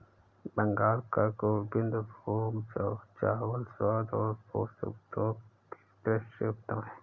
बंगाल का गोविंदभोग चावल स्वाद और पोषक तत्वों की दृष्टि से उत्तम है